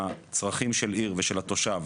מהצרכים של עיר ושל התושב